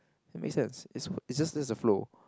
it make sense it's it's just this the flow